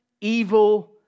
evil